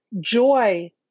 Joy